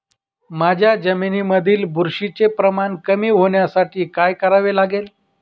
माझ्या जमिनीमधील बुरशीचे प्रमाण कमी होण्यासाठी काय करावे लागेल?